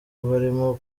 barimo